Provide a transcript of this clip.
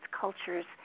cultures